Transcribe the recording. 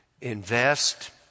invest